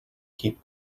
keep